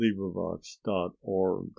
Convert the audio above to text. LibriVox.org